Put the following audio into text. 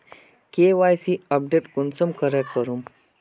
KYC update कुंसम करे करूम?